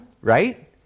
right